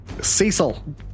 Cecil